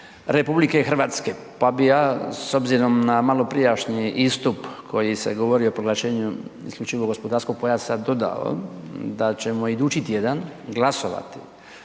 pomorske prostore RH pa bi ja, s obzirom na maloprijašnji istup koji se govorio o proglašenu isključivog gospodarskog pojasa dodao da ćemo idući tjedan glasovati